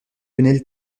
lionel